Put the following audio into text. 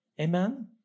Amen